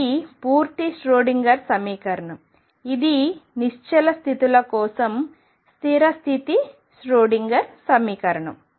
ఇది పూర్తి ష్రోడింగర్ సమీకరణం ఇది నిశ్చల స్థితుల కోసం స్థిర స్థితి ష్రోడింగర్ సమీకరణం